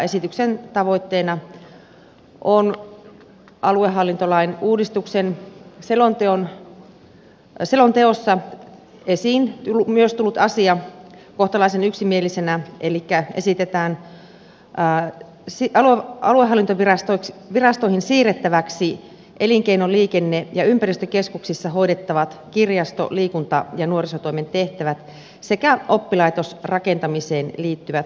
esityksen tavoitteena on myös aluehallintouudistuksen selonteossa esiin tullut asia kohtalaisen yksimielinen elikkä esitetään aluehallintovirastoihin siirrettäväksi elinkeino liikenne ja ympäristökeskuksissa hoidettavat kirjasto liikunta ja nuorisotoimen tehtävät sekä oppilaitosrakentamiseen liittyvät tehtävät